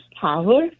power